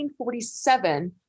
1947